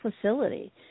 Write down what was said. facility